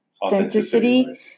authenticity